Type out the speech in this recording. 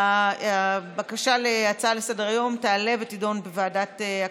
הבקשה להצעה לסדר-היום תעלה ותידון בוועדת הכספים.